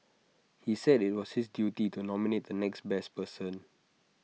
he said IT was his duty to nominate the next best person